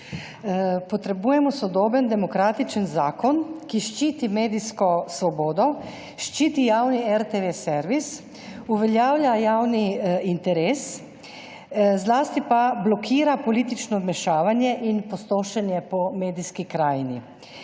Potrebujemo sodoben, demokratičen zakon, ki ščiti medijsko svobodo, ščiti javni RTV servis, uveljavlja javni interes, zlasti pa blokira politično vmešavanje in pustošenje po medijski krajini,